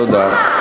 תודה.